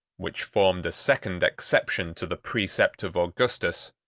which formed a second exception to the precept of augustus,